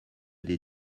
des